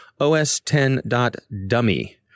OS10.dummy